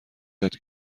یاد